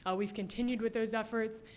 ah we've continued with those efforts.